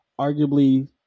arguably